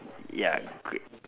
ya great